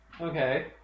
Okay